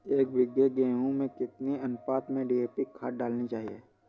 एक बीघे गेहूँ में कितनी अनुपात में डी.ए.पी खाद डालनी चाहिए?